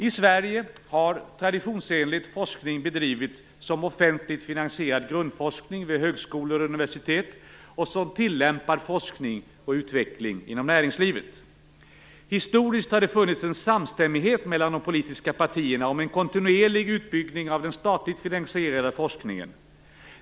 I Sverige har traditionsenligt forskning bedrivits som offentligt finansierad grundforskning vid högskolor och universitet och som tillämpad forskning och utveckling inom näringslivet. Historiskt har det funnits en samstämmighet mellan de politiska partierna om en kontinuerlig utbyggnad av den statligt finansierade forskningen.